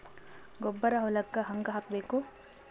ಗೊಬ್ಬರ ಹೊಲಕ್ಕ ಹಂಗ್ ಹಾಕಬೇಕು?